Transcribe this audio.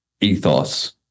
ethos